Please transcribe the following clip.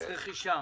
מס רכישה.